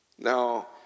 Now